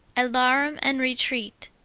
alarum, and retreat.